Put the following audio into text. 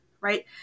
Right